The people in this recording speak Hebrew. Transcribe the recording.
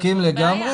מסכים לגמרי.